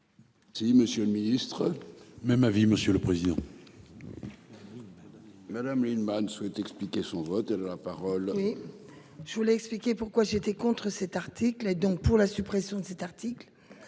Si Monsieur le Ministre. Même avis monsieur le président. Oui madame. Madame Lienemann souhaite expliquer son vote et de la parole. Je vous l'ai expliqué pourquoi j'étais contre cet article et donc pour la suppression de cet article.